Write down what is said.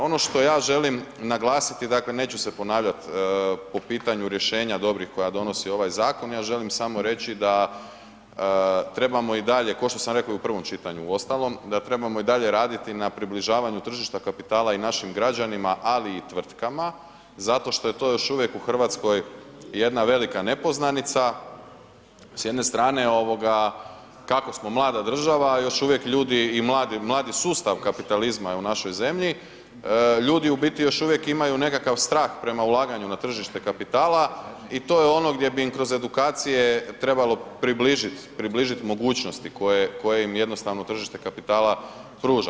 Ono što ja želim naglasiti, dakle neću se ponavljat po pitanju rješenja dobrih koja se donosi ovaj zakon, ja želim samo reći da trebamo i dalje, košto sam reko i u prvom čitanju uostalom da trebamo i dalje raditi na približavanju tržišta kapitala i našim građanima, ali i tvrtkama zato što je to još uvijek u RH jedna velika nepoznanica, s jedne strane ovoga kako smo mlada država još uvijek ljudi i mladi, mladi sustav kapitalizma je u našoj zemlji, ljudi u biti još uvijek imaju nekakav strah prema ulaganju na tržište kapitala i to je ono gdje bi im kroz edukacije trebalo približit, približit mogućnosti koje, koje im jednostavno tržište kapitala pruža.